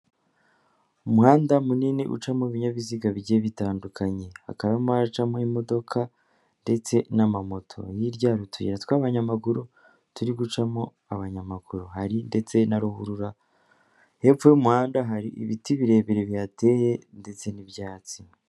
Umuhanda munini ucamo ibinyabiziga bigiye bitandukanye, hakabamo ahacamo imodoka ndetse n'amamoto, hirya hari utuyi tw'abanyamaguru turi gucamo abanyamaguru, hari ndetse na ruhurura hepfo y'umuhanda, hari ibiti birebire bihateye ndetse n'ibyatsi.